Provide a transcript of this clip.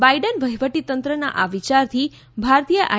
Biden વહીવટીતંત્રના આ વિયારથી ભારતીય આઇ